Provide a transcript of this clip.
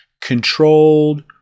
controlled